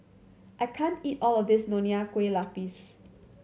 I can't eat all of this Nonya Kueh Lapis